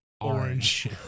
orange